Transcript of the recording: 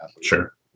Sure